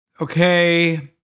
okay